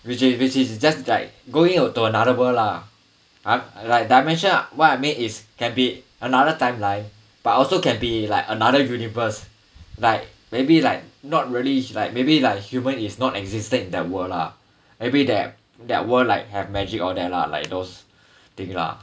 which is which is just like going to another world lah !huh! like dimension [what] I mean is can be another timeline but also can be like another universe like maybe like not really like maybe like humans is non-existent in that world lah maybe that that world like have magic all that lah like those thing lah